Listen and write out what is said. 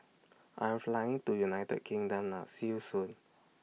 I Am Flying to United Kingdom now See YOU Soon